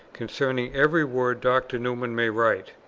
concerning every word dr. newman may write.